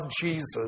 Jesus